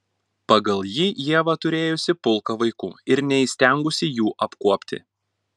pagal jį ieva turėjusi pulką vaikų ir neįstengusi jų apkuopti